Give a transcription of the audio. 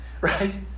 right